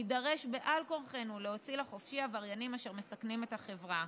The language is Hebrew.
נידרש בעל כורחנו להוציא לחופשי עבריינים אשר מסכנים את החברה.